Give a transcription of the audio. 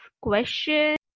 question